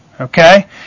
okay